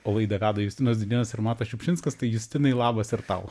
o laidą veda justinas dudėnas ir matas šiupšinskas tai justinai labas ir tau